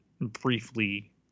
briefly